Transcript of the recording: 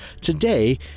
today